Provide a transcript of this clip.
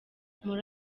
muri